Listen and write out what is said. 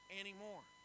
anymore